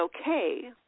okay